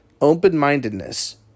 Open-mindedness